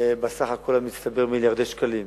בסך הכול המצטבר מיליארדי שקלים.